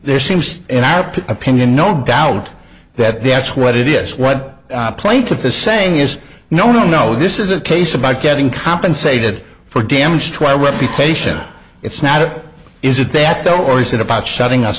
there seems in our opinion no doubt that that's what it is what plaintiff is saying is no no no this is a case about getting compensated for damage to our reputation it's not a is it better or is it about shutting us